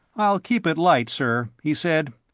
i'll keep it light, sir, he said.